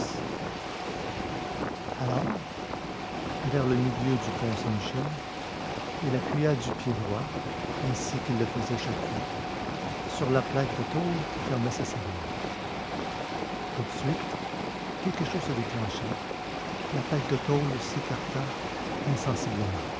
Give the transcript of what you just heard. alors vers le milieu du pont saint-michel il appuya du pied extérieur c'est-à-dire du pied droit ainsi qu'il le faisait chaque fois sur la plaque de tôle qui fermait sa cellule tout de suite quelque chose se déclencha et la plaque de tôle s'écarta